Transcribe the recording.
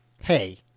Hey